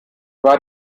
war